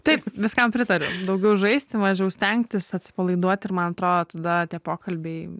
taip viskam pritariu daugiau žaisti mažiau stengtis atsipalaiduoti ir man atrodo tada tie pokalbiai